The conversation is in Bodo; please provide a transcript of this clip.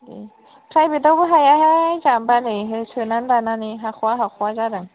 प्राइभेतयावबो हाया हाय जोंहानोबा नै सोना लानानै हाख'या हाख'या जादों